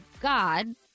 God